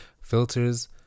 Filters